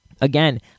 again